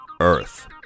Earth